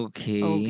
Okay